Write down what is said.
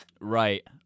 Right